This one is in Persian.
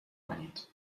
کنید